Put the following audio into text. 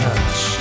Touch